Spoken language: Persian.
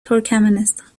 ترکمنستان